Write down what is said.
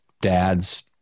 dads